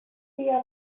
fear